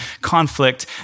conflict